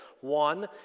One